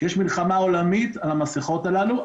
כי יש מלחמה עולמית על המסכות הללו.